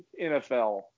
NFL